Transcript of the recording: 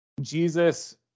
Jesus